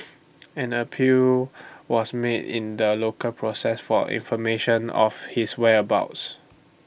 an appeal was made in the local process for information of his whereabouts